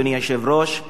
אדוני היושב-ראש,